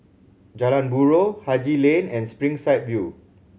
Jalan Buroh Haji Lane and Springside View